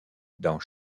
dans